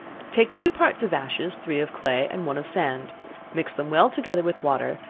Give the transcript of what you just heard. take two parts of ashes, three of clay, and one of sand mix them well together with water,